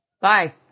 bye